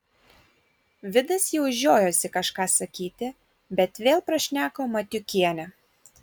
vidas jau žiojosi kažką sakyti bet vėl prašneko matiukienė